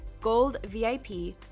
GOLDVIP